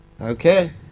Okay